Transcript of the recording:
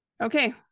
okay